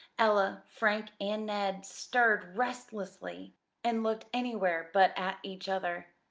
ella, frank, and ned stirred restlessly and looked anywhere but at each other.